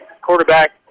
Quarterback